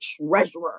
treasurer